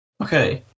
Okay